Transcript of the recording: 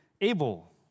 Able